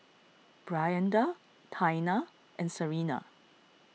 Brianda Taina and Serena